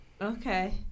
Okay